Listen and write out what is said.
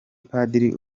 padiri